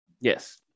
yes